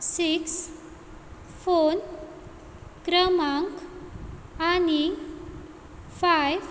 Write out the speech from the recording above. six phone क्रमांक आनी five